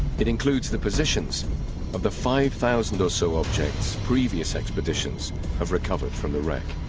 it includes the positions of the five thousand or so objects previous expeditions have recovered from the wreck